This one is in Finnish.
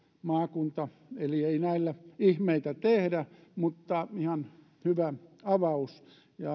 maakunta eli ei näillä ihmeitä tehdä mutta ihan hyvä avaus